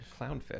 clownfish